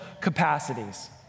capacities